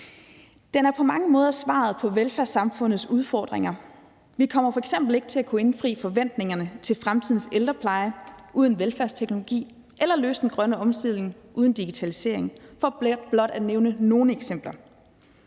Den er på mange måder svaret på velfærdssamfundets udfordringer. Vi kommer f.eks. ikke til at kunne indfri forventningerne til fremtidens ældrepleje uden velfærdsteknologi eller løse den grønne omstilling uden digitalisering – for blot at nævne nogle eksempler.